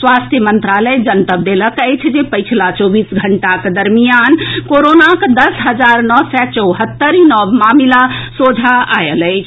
स्वास्थ्य मंत्रालय जनतब देलक अछि जे पछिला चौबीस घंटाक दरमियान कोरोनाक दस हजार नओ सय चौहत्तरि नव मामिला सोझा आएल अछि